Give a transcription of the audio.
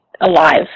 alive